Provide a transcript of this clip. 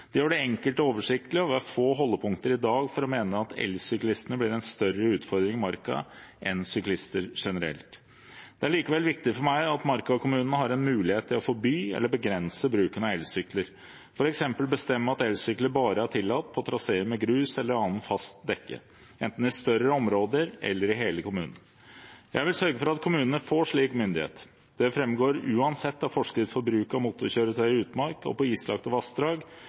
Det gjør det enkelt og oversiktlig, og vi har få holdepunkter i dag for å mene at elsyklistene blir en større utfordring i marka enn syklister generelt. Det er likevel viktig for meg at marka-kommunene har mulighet til å forby eller begrense bruken av elsykler, f.eks. bestemme at elsykler bare er tillatt på traséer med grus eller annet fast dekke, enten i større områder eller i hele kommunen. Jeg vil sørge for at kommunene får en slik myndighet. Det framgår uansett av forskrift for bruk av motorkjøretøy i utmark og på islagte vassdrag